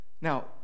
Now